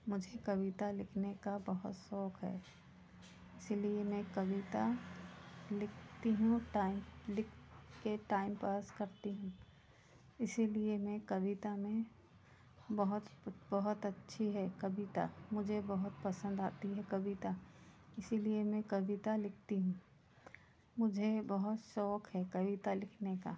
मुझे कविता लिखने का बहुत शौक़ है इसीलिए मैं कविता लिखती हूँ लिखके टाइम पास करती हूँ इसीलिए मैं कविता में बहुत बहुत अच्छी है कविता मुझे बहुत पसंद आती है कविता इसीलिए मैं कविता लिखती हूँ मुझे बहुत शौक़ है कविता लिखने का